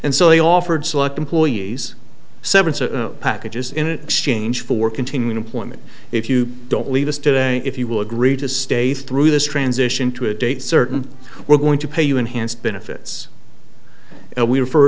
and so they offered select employees seven packages in exchange for continuing employment if you don't leave us today if you will agree to stay through this transition to a date certain we're going to pay you enhanced benefits and we refer